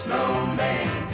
Snowman